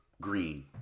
green